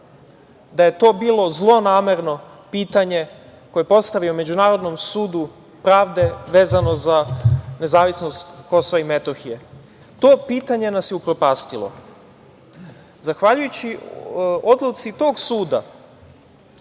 da je to bilo zlonamerno, pitanje koje je postavio Međunarodnom sudu pravde vezano za nezavisnost Kosova i Metohije. To pitanje nas je upropastilo. Zahvaljujući odluci tog suda,